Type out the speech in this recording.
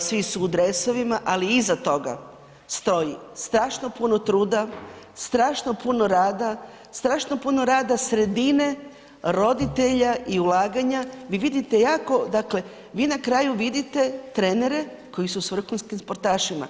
svi su u dresovima, ali iza toga stoji strašno puno truda, strašno puno rada, strašno puno rada sredine, roditelja i ulaganja, vi vidite jako, dakle vi na kraju vidite trenere koji su s vrhunskim sportašima.